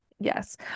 yes